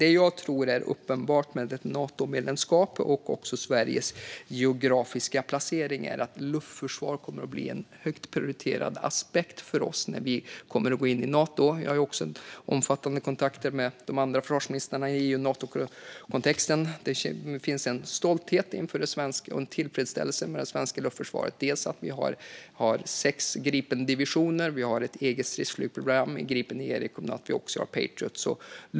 Det jag tror är uppenbart med ett Natomedlemskap och Sveriges geografiska placering är att luftförsvar kommer att bli en högt prioriterad aspekt för oss när vi går in i Nato. Jag har också omfattande kontakter med de andra försvarsministrarna i EU-Nato-kontexten. Det finns en stolthet och en tillfredsställelse med det svenska luftförsvaret. Dels finns sex Gripendivisioner, dels har vi ett eget stridsflygprogram med Gripen E. Vidare finns Patriot.